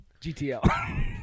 GTL